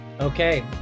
Okay